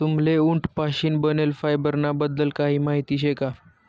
तुम्हले उंट पाशीन बनेल फायबर ना बद्दल काही माहिती शे का?